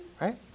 right